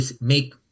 make